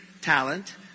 talent